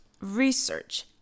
research